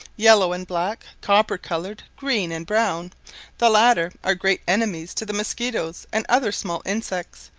yellow and black, copper-coloured, green, and brown the latter are great enemies to the mosquitoes and other small insects,